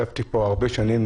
ישבתי פה הרבה שנים,